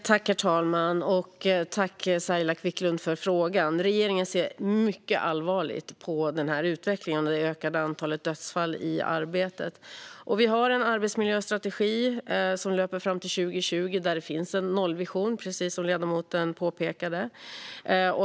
Herr talman! Tack, Saila Quicklund, för frågan! Regeringen ser mycket allvarligt på denna utveckling och det ökade antalet dödsfall i arbetet. Vi har en arbetsmiljöstrategi som löper fram till 2020 och där det finns en nollvision, precis som ledamoten påpekade.